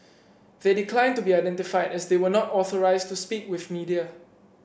they declined to be identified as they were not authorised to speak with media